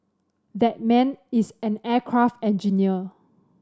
that man is an aircraft engineer